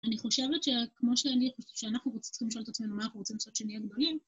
אני חושבת שכמו שאנחנו צריכים לשאול את עצמנו מה אנחנו רוצים לעשות כשנהיה גדולים.